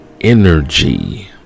energy